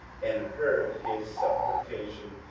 and heard his supplication,